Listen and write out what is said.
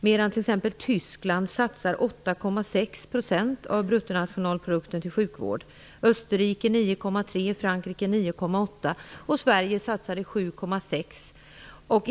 Medan t.ex. Tyskland satsade 8,6 % av bruttonationalprodukten på sjukvård, Österrike 9,3 % och Frankrike 9,8 %, satsade Sverige 7,6 %.